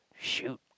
shoot